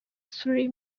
three